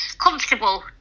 comfortable